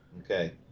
Okay